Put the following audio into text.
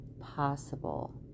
possible